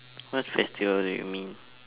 what festival do you mean